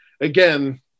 again